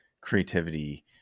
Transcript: creativity